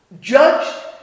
judged